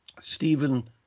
Stephen